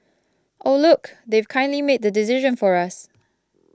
oh look they've kindly made the decision for us